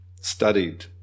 studied